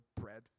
bread